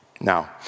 Now